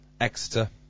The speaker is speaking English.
Exeter